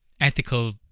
ethical